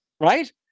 right